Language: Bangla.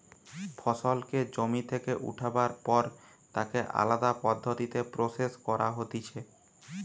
ফসলকে জমি থেকে উঠাবার পর তাকে আলদা পদ্ধতিতে প্রসেস করা হতিছে